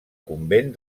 convent